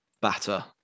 batter